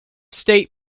state